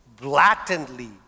Blatantly